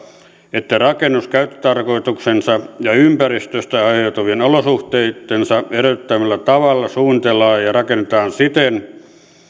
että rakennus käyttötarkoituksensa ja ympäristöstä aiheutuvien olosuhteittensa edellyttämällä tavalla suunnitellaan ja ja rakennetaan siten